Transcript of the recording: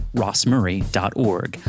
rossmurray.org